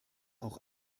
auch